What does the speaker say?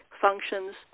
functions